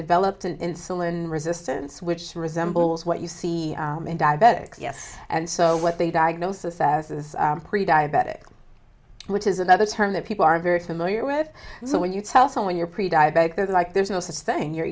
developed an insulin resistance which resembles what you see in diabetics yes and so what they diagnosis as pre diabetic which is another term that people are very familiar with so when you tell someone you're pre diabetic they're like there's no such thing you're